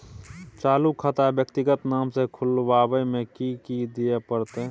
चालू खाता व्यक्तिगत नाम से खुलवाबै में कि की दिये परतै?